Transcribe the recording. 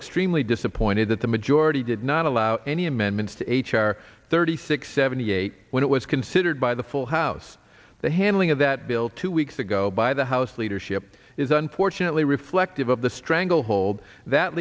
extremely disappointed that the majority did not allow any amendments to h r thirty six seventy eight when it was considered by the full house the handling of that bill two weeks ago by the house leadership is unfortunately reflective of the stranglehold that